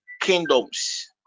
kingdoms